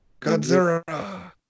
Godzilla